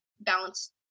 balance